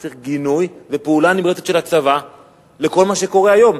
צריך גינוי ופעולה נמרצת של הצבא בכל מה שקורה היום.